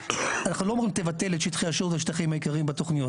אנחנו לא אומרים תבטל את שטחי השירות ואת השטחים העיקריים בתוכניות.